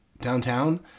downtown